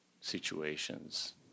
situations